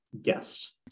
Yes